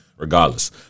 regardless